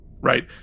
Right